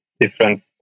different